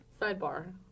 Sidebar